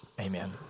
Amen